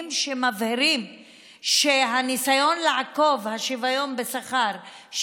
שמבהירים שהניסיון לעקוף את השוויון בשכר,